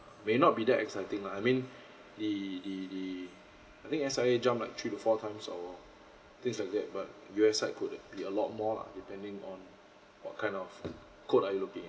may not be that exciting lah I mean the the the I think S_I_A jump like three to four times or things like that but U_S side could be a lot more lah depending on what kind of code are you looking at